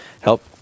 help